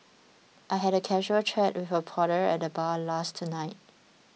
I had a casual a chat with a porter at the bar last night